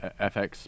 FX